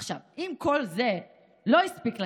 עכשיו אם כל זה לא הספיק לכם,